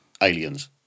Aliens